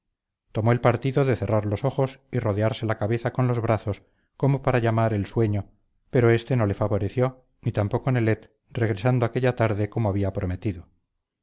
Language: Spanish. tomó el partido de cerrar los ojos y rodearse la cabeza con los brazos como para llamar el sueño pero este no le favoreció ni tampoco nelet regresando aquella tarde como había prometido